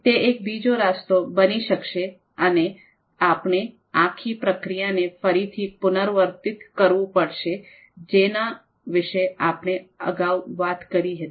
તે એક બીજો રસ્તો બની શકશે અને આપણે આખી પ્રક્રિયાને ફરીથી પુનરાવર્તિત કરવું પડશે જેના વિશે આપણે અગાઉ વાત કરી હતી